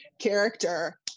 character